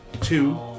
two